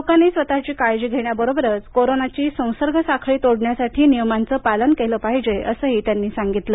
लोकांनी स्वतःची काळजी घेण्याबरोबरच कोरोनाची संसर्ग साखळी तोडण्यासाठी नियमांचे पालन केलं पाहिजे असंही त्यांनी सांगितलं